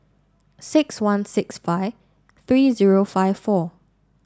six one six five three zero five four